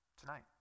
tonight